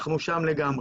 אנחנו שם לגמרי.